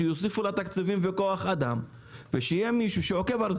שיוסיפו לה תקציבים וכוח אדם ושיהיה מישהו שעוקב.